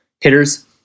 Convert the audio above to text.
hitters